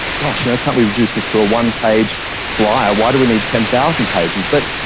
gosh, yeah can't we reduce this to a one-page flyer, why do we need ten thousand pages? but,